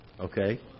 Okay